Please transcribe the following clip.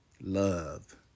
love